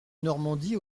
normandie